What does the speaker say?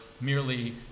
merely